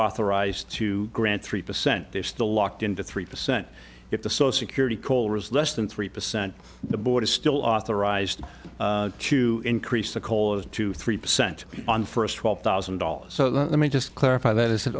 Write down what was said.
authorized to grant three percent they're still locked into three percent if the so security coal reserves less than three percent the board is still authorized to increase the coal is to three percent on first twelve thousand dollars so let me just clarify that isn't